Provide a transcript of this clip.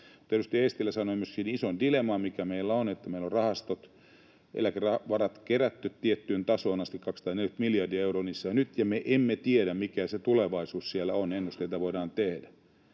Edustaja Eestilä sanoi myöskin ison dilemman, mikä meillä on: Meillä on rahastoihin eläkevaroja kerätty tiettyyn tasoon asti — 240 miljardia euroa niissä on nyt — ja me emme tiedä, mikä se tulevaisuus siellä on. Ennusteita voidaan tehdä,